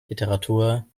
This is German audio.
literatur